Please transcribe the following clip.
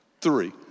three